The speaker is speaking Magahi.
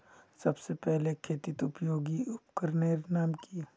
सबसे पहले खेतीत उपयोगी उपकरनेर नाम की?